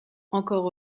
encore